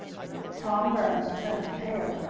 tom burns turned pale,